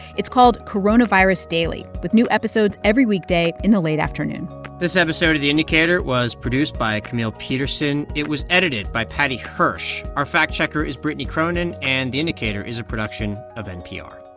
it's called coronavirus daily, with new episodes every weekday in the late afternoon this episode of the indicator was produced by camille petersen. it was edited by paddy hirsch. our fact-checker is brittany cronin, and the indicator is a production of npr